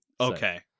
Okay